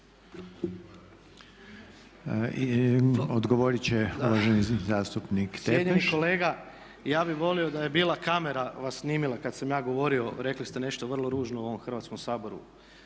Odgovorit će uvaženi zastupnik Tepeš. **Tepeš, Ivan (HSP AS)** Cijenjeni kolega, ja bih volio da je bila kamera vas snimila kad sam ja govorio rekli ste nešto vrlo ružno u ovom Hrvatskom saboru,